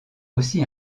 aussi